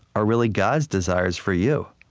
are really god's desires for you.